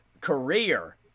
career